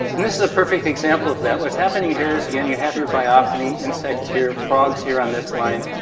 and this is a perfect example of that. what's happening here is, again, you have your biophony, insects here, frogs here on this line,